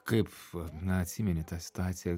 kaip na atsimeni tą stadiją